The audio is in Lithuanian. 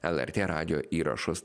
lrt radijo įrašus